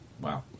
Wow